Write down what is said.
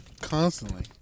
constantly